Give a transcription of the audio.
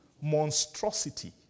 monstrosity